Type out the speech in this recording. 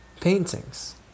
paintings